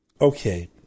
Okay